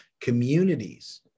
communities